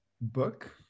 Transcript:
Book